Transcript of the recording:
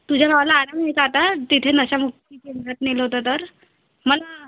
तुझ्या भावाला आराम आहे का आता तिथे नशा मुक्ती केंद्रात नेलं होतं तर मला